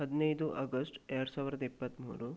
ಹದಿನೈದು ಆಗಸ್ಟ್ ಎರಡು ಸಾವಿರದ ಇಪ್ಪತ್ತ್ಮೂರು